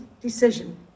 decision